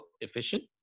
efficient